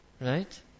right